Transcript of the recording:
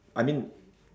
I mean